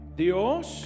Dios